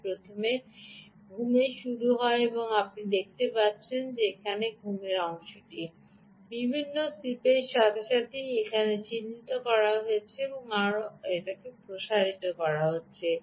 নোডটি প্রথমে ঘুমে শুরু হয় আপনি দেখতে পাচ্ছেন এটি ঘুমের অংশটি এখানে বিভাগটি ঘুমের সাথে সাথেই এখানে চিহ্নিত করা যাক আমাকে আরও কিছুটা প্রসারিত করুন